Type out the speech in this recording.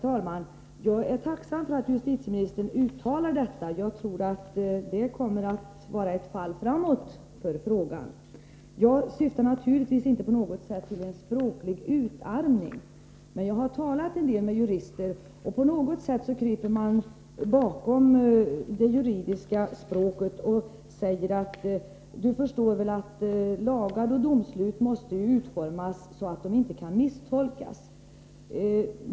Herr talman! Jag är tacksam för att justitieministern gör detta uttalande. Jag tror att det kommer att innebära ett fall framåt för frågan. Naturligtvis syftar jag inte till någon språklig utarmning. Men jag har talat med jurister om detta, och jag tycker att de kryper bakom det juridiska språket när de säger att lagar och domslut måste utformas så att de inte kan misstolkas.